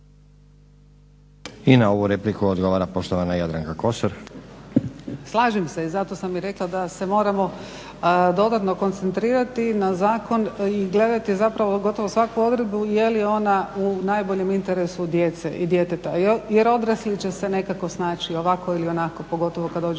I na ovu repliku odgovara poštovana Jadranka Kosor. **Kosor, Jadranka (Nezavisni)** Slažem se i zato sam i rekla da se moramo dodatno koncentrirati na zakon i gledati zapravo gotovo svaku odredbu je li ona u najboljem interesu djece i djeteta jer odrasli će se nekako snaći ovako ili onako pogotovo kada dođe